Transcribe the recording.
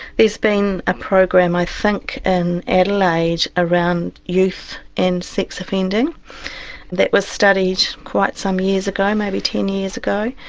there has been a program i think in adelaide around youth and sex offending that was studied quite some years ago, maybe ten years ago,